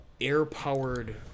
air-powered